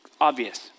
Obvious